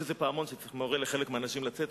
יש איזה פעמון שמורה לחלק מהאנשים לצאת,